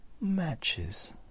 matches